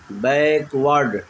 backward